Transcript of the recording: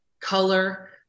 color